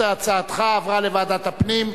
הצעתך עברה לוועדת הפנים,